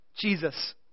Jesus